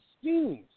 schemes